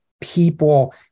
people